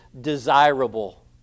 desirable